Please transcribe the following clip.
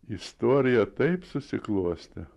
istorija taip susiklostė